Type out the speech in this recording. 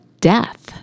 death